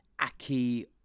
Aki